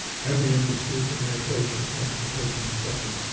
heavy industry, communication, transportation, et cetera.